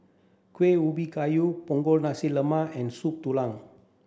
Kueh Ubi Kayu Punggol Nasi Lemak and Soup Tulang